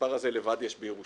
המספר הזה לבד יש בירושלים.